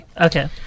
Okay